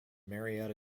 marietta